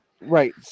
Right